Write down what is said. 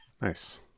Nice